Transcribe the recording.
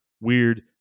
weird